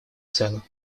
цену